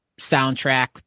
soundtrack